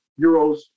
euros